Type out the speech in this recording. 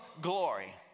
glory